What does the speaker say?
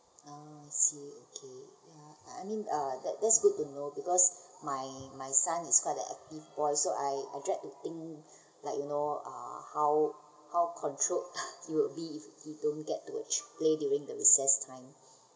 ah I see okay uh I mean uh that that's good to know because my my son is quite an active boy so I I dread to think like you know uh how how controlled it will be if he don't get to uh cho~ play during the recess time